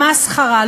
מסחרה.